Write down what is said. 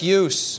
use